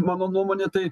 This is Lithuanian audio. mano nuomone tai